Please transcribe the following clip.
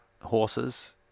horses